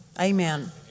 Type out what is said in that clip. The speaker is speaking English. Amen